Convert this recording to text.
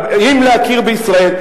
עם להכיר בישראל,